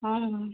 हाँ